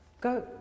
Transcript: Go